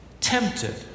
tempted